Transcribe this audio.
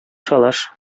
шалаш